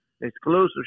exclusive